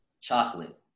chocolate